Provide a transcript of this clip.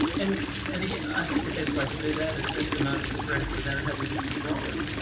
and and i think the best way to do that is just to notice the breath without having to control it!